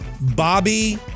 bobby